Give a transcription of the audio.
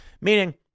Meaning